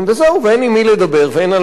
אין עם מי לדבר ואין על מה לדבר,